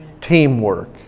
teamwork